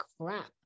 crap